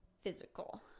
physical